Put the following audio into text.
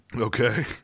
Okay